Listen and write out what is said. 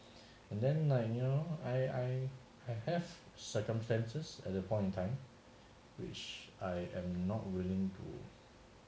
and then like you know I I have circumstances at that point in time which I am not willing